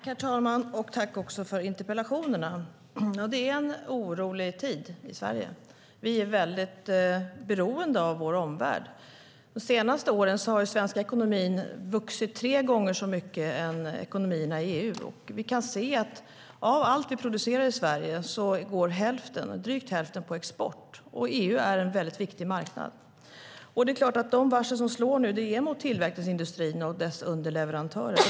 Herr talman! Tack för interpellationerna! Ja, det är en orolig tid i Sverige. Vi är väldigt beroende av vår omvärld. De senaste åren har den svenska ekonomin vuxit tre gånger så mycket som ekonomierna i EU. Vi kan se att av allt det vi producerar i Sverige går drygt hälften på export, och EU är en viktig marknad. De varsel som kommer nu slår mot tillverkningsindustrin och dess underleverantörer.